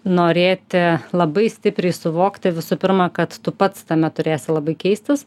norėti labai stipriai suvokti visų pirma kad tu pats tame turėsi labai keistis